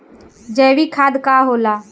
जैवीक खाद का होला?